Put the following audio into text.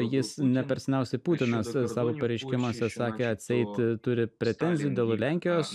jis ne per seniausiai putinas savo pareiškimuose sakė atseit turi pretenzijų dėl lenkijos